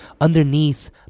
underneath